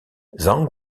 zhang